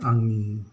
आंनि